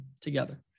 together